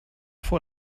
vor